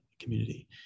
community